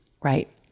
right